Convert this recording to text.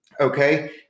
okay